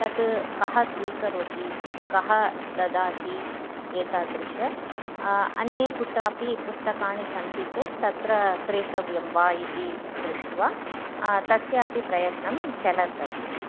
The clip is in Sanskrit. तत् कः स्वीकरोति कः ददाति एतादृशः अन्ये कुत्रापि पुस्तकाणि सन्ति चेत् तत्र क्रेतव्यं वा इति दृष्ट्वा तस्य अपि प्रयत्नं चलत् अस्ति